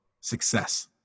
success